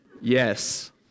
Yes